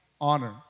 honor